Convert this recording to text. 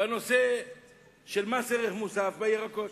בנושא מס ערך מוסף על ירקות.